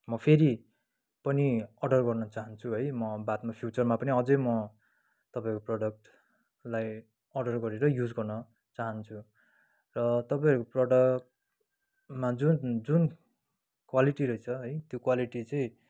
म फेरि पनि अर्डर गर्न चाहन्छु है म बादमा फ्युचरमा पनि अझै म तपाईँहरूको प्रोडक्टलाई अर्डर गरेर युज गर्न चाहन्छु र तपाईँहरूको प्रोडक्टमा जुन जुन क्वालिटी रहेछ है त्यो क्वालिटी चाहिँ